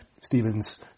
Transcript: Stephen's